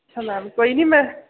अच्छा मैम कोई नी मैं